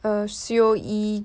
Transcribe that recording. err Seo Yi Ji